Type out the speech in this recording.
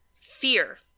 Fear